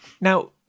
Now